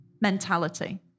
mentality